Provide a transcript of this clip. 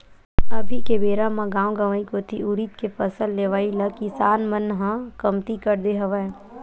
अभी के बेरा म गाँव गंवई कोती उरिद के फसल लेवई ल किसान मन ह कमती कर दे हवय